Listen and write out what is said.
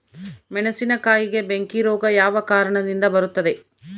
ಮೆಣಸಿನಕಾಯಿಗೆ ಬೆಂಕಿ ರೋಗ ಯಾವ ಕಾರಣದಿಂದ ಬರುತ್ತದೆ?